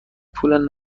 پول